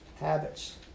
habits